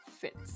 fits